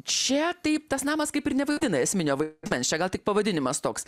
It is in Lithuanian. čia taip tas namas kaip ir nevaidina esminio vaidmens čia gal tik pavadinimas toks